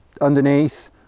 underneath